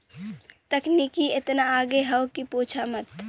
तकनीकी एतना आगे हौ कि पूछा मत